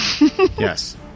Yes